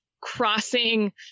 crossing